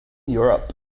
europe